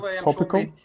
topical